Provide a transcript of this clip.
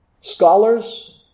Scholars